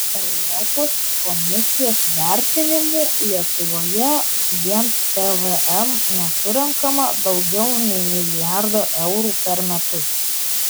europos komisijos vertinimu lietuvoje vien pvm nesurenkama daugiau nei milijardo eurų per metus